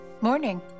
Morning